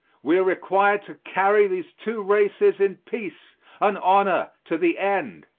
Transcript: we are required to carry these two races in peace and honor to the end.